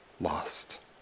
lost